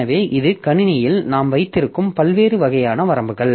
எனவே இது கணினியில் நாம் வைத்திருக்கும் பல்வேறு வகையான வரம்புகள்